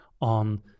on